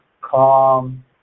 calm